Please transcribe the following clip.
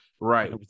Right